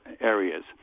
areas